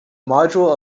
module